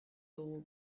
dugu